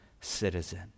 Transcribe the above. citizen